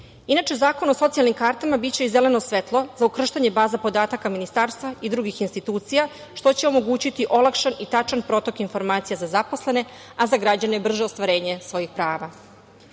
Zakon o socijalnim kartama biće i zeleno svetlo za ukrštanje baza podataka ministarstva i drugih institucija što će omogućiti olakšan i tačan protok informacija za zaposlene, a za građane brže ostvarenje svojih prava. Dobro